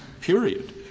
period